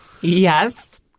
yes